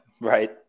Right